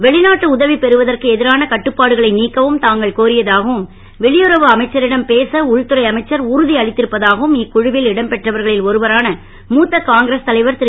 வெளிநாட்டு உதவி பெறுவதற்கு எதிரான கட்டுப்பாடுகளை நீக்கவும் தாங்கள் கோரியதாகவும் வெளியுறவு அமைச்சரிடம் பேச உள்துறை அமைச்சர் உறுதி அளித்திருப்பதாகவும் இக்குழுவில் இடம் பெற்றவர்களில் ஒருவரான மூத்த காங்கிரஸ் தலைவர் திரு